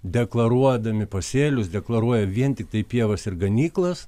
deklaruodami pasėlius deklaruoja vien tiktai pievas ir ganyklas